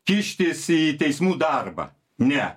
kištis į teismų darbą ne